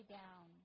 down